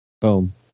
boom